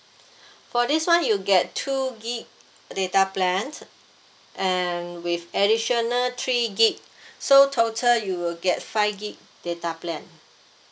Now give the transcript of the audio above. for this [one] you get two gig data plans and with additional three gig so total you will get five gig data plan